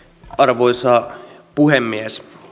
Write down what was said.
arvoisa puhemies